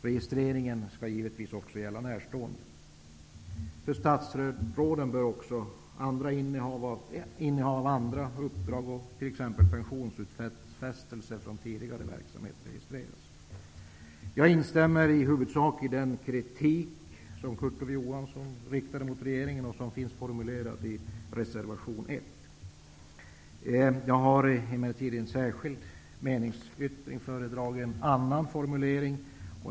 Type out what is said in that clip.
Registreringen skall givetvis också gälla närstående. För statsråden bör också innehav av andra uppdrag och t.ex. pensionsutfästelser från tidigare verksamhet registreras. Jag instämmer i huvudsak i den kritik som Kurt Emellertid har jag en meningsyttring, där jag föredragit en annan formulering.